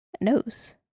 nose